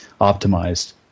optimized